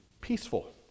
peaceful